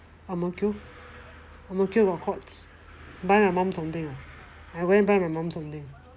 Courts ang mo kio ang mo kio got courts buy my mom something lah I want to buy my mom something